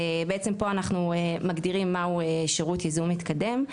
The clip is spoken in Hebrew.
בעצם פה אנחנו מגדירים מהו שירות ייזום מתקדם?